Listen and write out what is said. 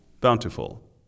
bountiful